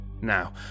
Now